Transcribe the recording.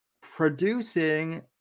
producing